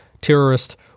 terrorist